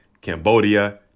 Cambodia